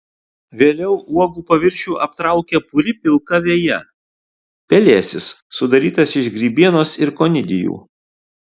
vėliau uogų paviršių aptraukia puri pilka veja pelėsis sudarytas iš grybienos ir konidijų